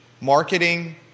marketing